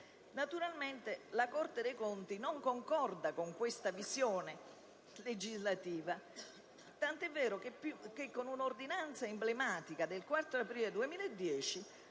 Naturalmente, la Corte dei conti non concorda con questa visione legislativa, tant'è vero che con una ordinanza emblematica del 4 aprile 2010